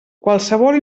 qualsevol